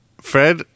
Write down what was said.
Fred